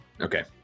Okay